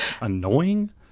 annoying